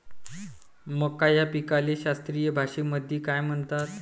मका या पिकाले शास्त्रीय भाषेमंदी काय म्हणतात?